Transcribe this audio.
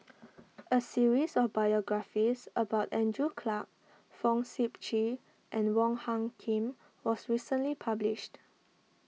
a series of biographies about Andrew Clarke Fong Sip Chee and Wong Hung Khim was recently published